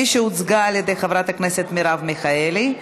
כפי שהוצגה על ידי חברת הכנסת מרב מיכאלי.